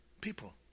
people